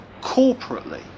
corporately